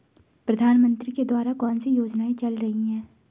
प्रधानमंत्री के द्वारा कौनसी योजनाएँ चल रही हैं?